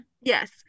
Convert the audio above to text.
yes